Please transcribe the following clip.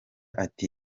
ati